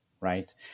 right